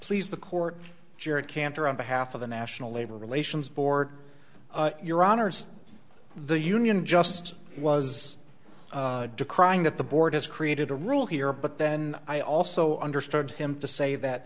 please the court jared cantor on behalf of the national labor relations board your honor the union just was decrying that the board has created a rule here but then i also understood him to say that